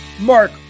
Mark